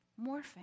morphing